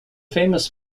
famous